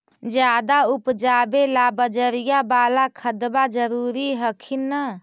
ज्यादा उपजाबे ला बजरिया बाला खदबा जरूरी हखिन न?